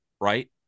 right